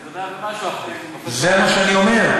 זה, זה מה שאני אומר.